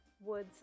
woods